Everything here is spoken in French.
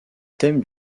thème